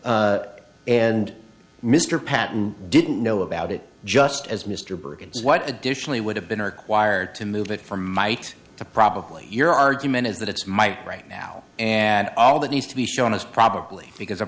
ammunition and mr patten didn't know about it just as mr bergen what additionally would have been required to move it from might to probably your argument is that it's my right now and all that needs to be shown is probably because